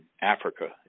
Africa